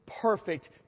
perfect